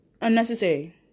Unnecessary